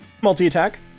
multi-attack